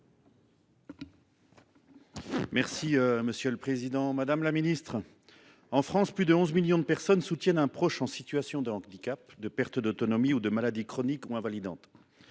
de l’autonomie et du handicap. Madame la ministre, en France, plus de 11 millions de personnes soutiennent un proche en situation de handicap, de perte d’autonomie ou de maladie chronique ou invalidante.